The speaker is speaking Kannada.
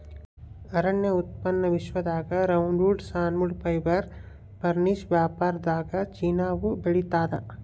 ಅರಣ್ಯ ಉತ್ಪನ್ನ ವಿಶ್ವದಾಗ ರೌಂಡ್ವುಡ್ ಸಾನ್ವುಡ್ ಫೈಬರ್ ಫರ್ನಿಶ್ ವ್ಯಾಪಾರದಾಗಚೀನಾವು ಬೆಳಿತಾದ